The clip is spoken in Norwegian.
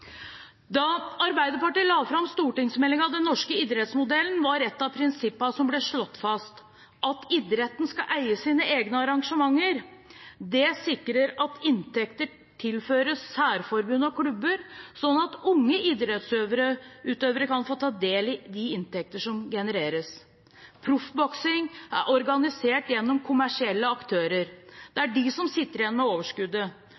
Da Arbeiderpartiet la fram stortingsmeldingen Den norske idrettsmodellen, var et av prinsippene som ble slått fast, at idretten skal eie sine egne arrangementer. Det sikrer at inntekter tilføres særforbund og klubber, slik at unge idrettsutøvere kan få ta del i de inntekter som genereres. Proffboksing er organisert gjennom kommersielle aktører. Det er de som sitter igjen med overskuddet.